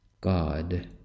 God